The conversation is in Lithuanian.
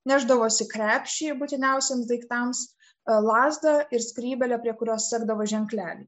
nešdavosi krepšį būtiniausiems daiktams lazdą ir skrybėlę prie kurios sekdavo ženklelį